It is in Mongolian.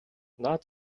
наад